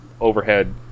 overhead